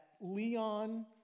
Leon